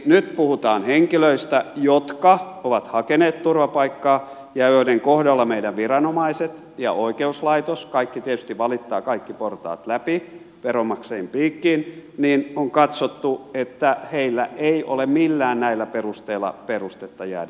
nyt puhutaan henkilöistä jotka ovat hakeneet turvapaikkaa ja joiden kohdalla meidän viranomaiset ja oikeuslaitos kaikki tietysti valittavat kaikki portaat läpi veronmaksajien piikkiin ovat katsoneet että heillä ei ole millään näistä perusteista perustetta jäädä suomeen